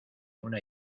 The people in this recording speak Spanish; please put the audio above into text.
una